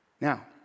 Now